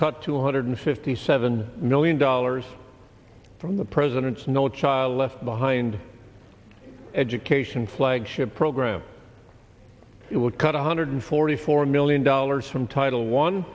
cut two hundred fifty seven million dollars from the president's no child left behind education flagship program it would cut one hundred forty four million dollars from title one